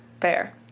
Fair